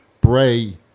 Bray